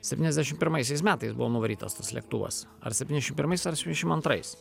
septyniasdešim pirmaisiais metais buvo nuvarytas tas lėktuvas ar septyniasdešim pirmais ar septyniasdešim antrais